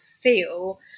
feel